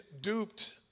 duped